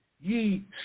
ye